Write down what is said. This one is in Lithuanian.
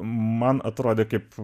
man atrodė kaip